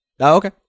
Okay